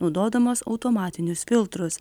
naudodamos automatinius filtrus